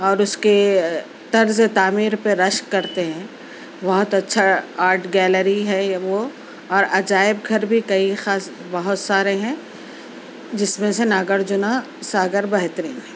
اور اس کے طرز تعمیر پہ رشک کرتے ہیں بہت اچھا آرٹ گیلری ہے وہ اور عجائب گھر بھی کئی خاص بہت سارے ہیں جس میں سے ناگ ارجنا ساگر بہترین ہے